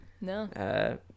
No